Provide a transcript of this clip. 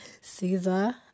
Caesar